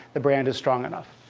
the brand is strong enough.